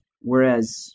whereas